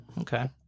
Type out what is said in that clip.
Okay